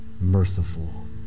merciful